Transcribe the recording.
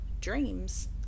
dreams